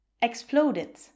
Exploded